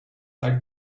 are